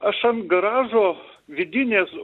aš ant garažo vidinės